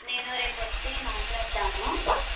నేను రేపు వచ్చి మాట్లాడతాను